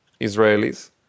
Israelis